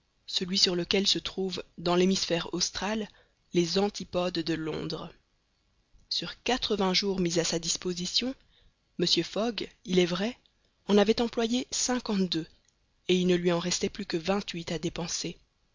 celui sur lequel se trouvent dans l'hémisphère austral les antipodes de londres sur quatre-vingts jours mis à sa disposition mr fogg il est vrai en avait employé cinquante-deux et il ne lui en restait plus que vingt-huit à dépenser